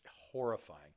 horrifying